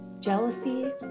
Jealousy